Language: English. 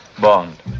Bond